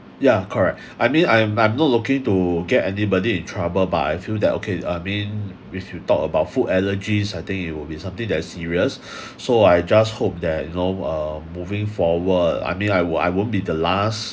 yeah correct I mean I'm I'm not looking to get anybody in trouble but I feel that okay I mean if you talk about food allergies I think you would be something that serious so I just hope that you know uh moving forward I mean I won't I won't be the last